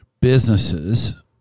businesses